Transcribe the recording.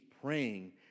praying